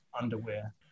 underwear